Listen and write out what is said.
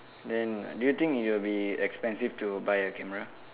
then do you think it will be expensive to buy a camera